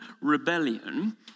rebellion